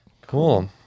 Cool